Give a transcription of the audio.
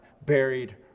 buried